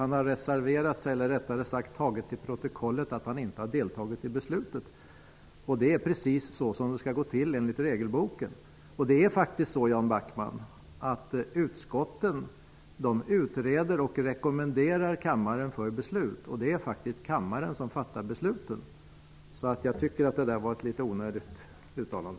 Han har reserverat sig eller rättare sagt fått det taget till protokollet att han inte har deltagit i beslutet. Det är precis så det skall gå till enligt regelboken. Det är faktiskt så, Jan Backman, att utskotten utreder och rekommenderar kammaren för beslut. Det är faktiskt kammaren som fattar besluten. Jag tycker att detta var ett litet onödigt uttalande.